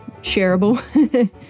shareable